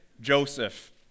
Joseph